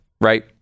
right